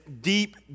deep